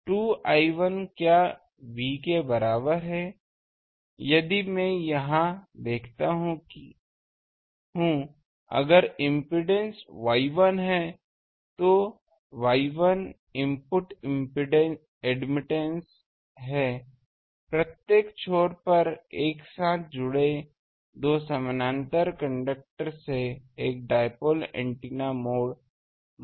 तो 2 I1 क्या V के बराबर है यदि मैं यहाँ देखता हूं अगर इम्पीडेन्स Y1 है तो Y1 इनपुट एडमिटन्स है प्रत्येक छोर पर एक साथ जुड़े दो समानांतर कंडक्टर से एक डाइपोल एंटीना मोड देखेंगे